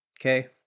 okay